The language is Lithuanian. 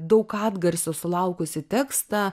daug atgarsių sulaukusį tekstą